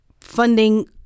funding